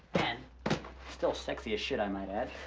and still sexy as shit, i might add.